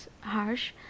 harsh